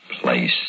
Place